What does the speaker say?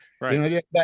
right